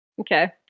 Okay